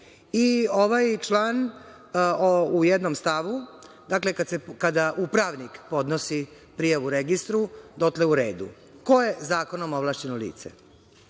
Ovaj član u jednom stavu, kada upravnik podnosi prijavu registru, dotle je u redu. Ko je zakonom ovlašćeno lice?